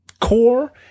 core